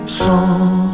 song